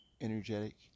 energetic